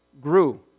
grew